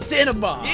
Cinema